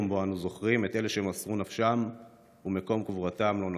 יום שבו אנו זוכרים את אלה שמסרו את נפשם ומקום קבורתם לא נודע.